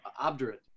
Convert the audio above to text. obdurate